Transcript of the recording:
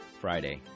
Friday